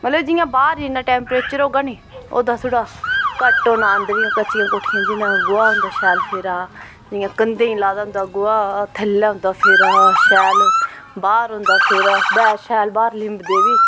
मतलब जियां बाह्र जिन्ना टैम्परेचर होगा नी ओह्दा थोह्ड़ा घट्ट होना अंदर इ'यां कच्चियां कोठियां जिनें गोहा होंदा शैल फेरा जियां कधें ई लाए दा होंदा गोहा थल्लै होंदा फेरा दा गोहा शैल बाह्र होंदा फेरा बा शैल बाह्र लिंबदे बी